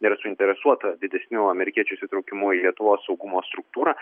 yra suinteresuota didesniu amerikiečių įsitraukimu į lietuvos saugumo struktūrą